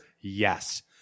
Yes